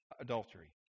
adultery